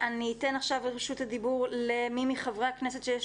אני אתן עכשיו את רשות הדיבור למי מחברי הכנסת שיש